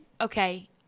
okay